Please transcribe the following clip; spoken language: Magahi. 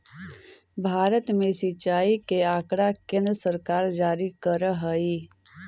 भारत में सिंचाई के आँकड़ा केन्द्र सरकार जारी करऽ हइ